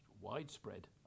widespread